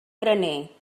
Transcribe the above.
graner